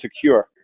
secure